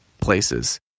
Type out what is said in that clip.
places